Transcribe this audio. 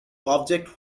object